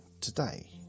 today